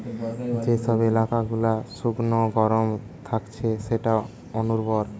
যে সব এলাকা গুলা শুকনো গরম থাকছে সেটা অনুর্বর